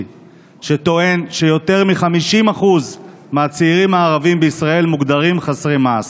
שטוען שיותר מ-50% מהצעירים הערבים בישראל מוגדרים חסרי מעש.